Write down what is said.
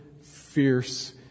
fierce